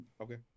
Okay